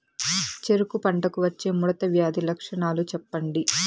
చెరుకు పంటకు వచ్చే ముడత వ్యాధి లక్షణాలు చెప్పండి?